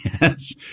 yes